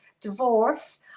divorce